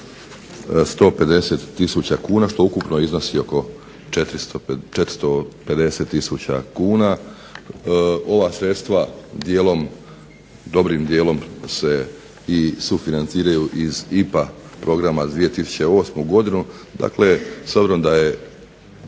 150 tisuća kuna što ukupno iznosi oko 450 tisuća kuna. Ova sredstva dobrim dijelom se i sufinanciraju iz IPA programa za 2008. godinu. Dakle, s obzirom da je